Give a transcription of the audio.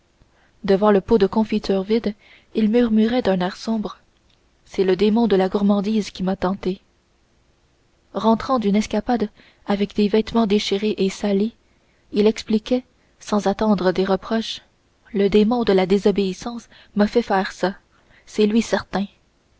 devant le pot de confitures vide il murmurait d'un air sombre c'est le démon de la gourmandise qui m'a tenté rentrant d'une escapade avec des vêtements déchirés et salis il expliquait sans attendre des reproches le démon de la désobéissance m'a fait faire ça c'est lui certain